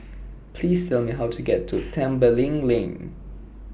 Please Tell Me How to get to Tembeling Lane